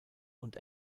und